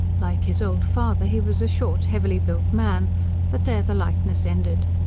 like his old father, he was a short, heavily built man but there the likeness ended.